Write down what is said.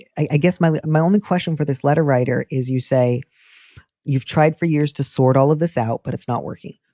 i guess my my only question for this letter writer is you say you've tried for years to sort all of this out, but it's not working.